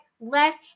left